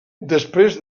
després